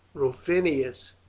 rufinus,